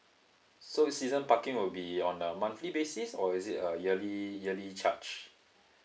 so season parking will be on a monthly basis or is it a yearly yearly charge